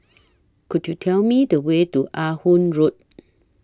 Could YOU Tell Me The Way to Ah Hood Road